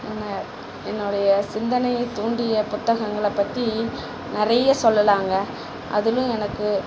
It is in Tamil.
என்ன என்னுடைய சிந்தனையை தூண்டிய புத்தகங்களை பற்றி நிறைய சொல்லலாங்க அதிலும் எனக்கு